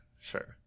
Sure